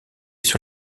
sur